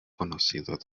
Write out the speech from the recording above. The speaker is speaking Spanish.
conocidos